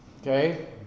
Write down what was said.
Okay